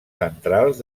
centrals